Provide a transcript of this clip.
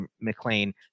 McLean